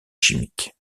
chimique